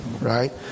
right